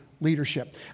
leadership